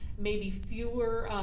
maybe fewer